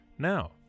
Now